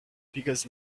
because